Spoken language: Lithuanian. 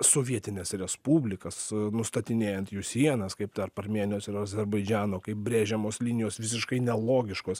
sovietines respublikas nustatinėjant jų sienas kaip tarp armėnijos ir azerbaidžano kaip brėžiamos linijos visiškai nelogiškos